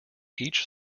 each